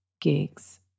gigs